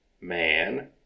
man